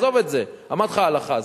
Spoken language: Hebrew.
עזוב את זה, אמרתי לך את ההלכה.